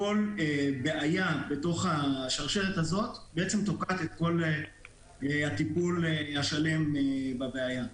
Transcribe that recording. כל בעיה בתוך השרשרת הזאת תוקעת את כל הטיפול השלם בבעיה.